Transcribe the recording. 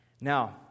Now